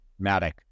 Matic